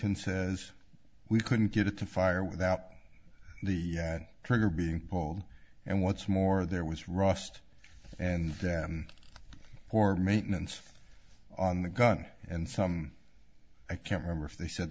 n says we couldn't get it to fire without the trigger being told and what's more there was rust and then poor maintenance on the gun and some i can't remember if they said